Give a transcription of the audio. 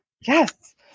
Yes